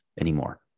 anymore